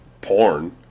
porn